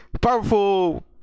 powerful